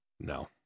no